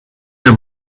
your